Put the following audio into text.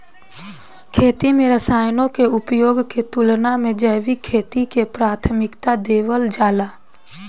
खेती में रसायनों के उपयोग के तुलना में जैविक खेती के प्राथमिकता देवल जाला